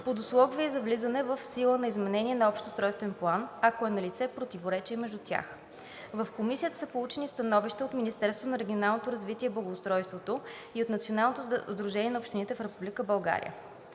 под условие за влизане в сила на изменение на общ устройствен план, ако е налице противоречие между тях. В Комисията са получени становища от Министерството на регионалното развитие и благоустройството и от Националното сдружение на общините в Република България.